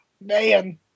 man